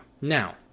Now